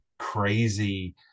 crazy